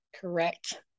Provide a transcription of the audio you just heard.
Correct